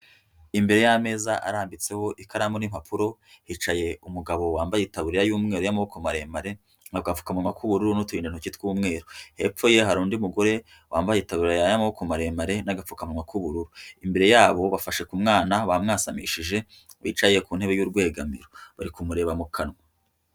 Imbere y'ameza arambitseho ikaramu n'impapuro hicaye umugabo wambaye itaburiya y'umweru y'amaboko maremare, agapfukamawa k'ubururu, n'uturindantoki tw'umweru. Hepfo ye hari undi mugore wambaye itaburiya y'amaboko maremare n'agapfukanwa k'ubururu. Imbere yabo bafashe ku mwana bamwasamishije wicaye ku ntebe y'urwegamiro barikumureba mu kanwa.